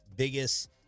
Biggest